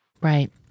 Right